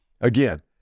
again